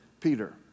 Peter